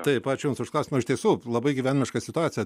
taip ačiū jums už klausimą ir iš tiesų labai gyvenimiška situacija